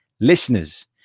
listeners